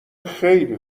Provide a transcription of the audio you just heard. خیلی